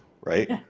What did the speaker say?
right